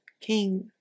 King